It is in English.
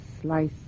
slice